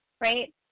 right